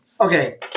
Okay